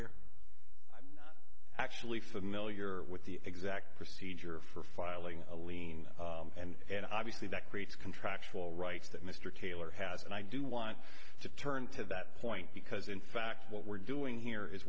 here actually familiar with the exact procedure for filing a lien and obviously that creates contractual rights that mr taylor has and i do want to turn to that point because in fact what we're doing here is